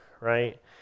right